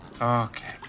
okay